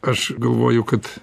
aš galvoju kad